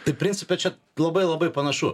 tai principe čia labai labai panašu